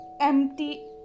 empty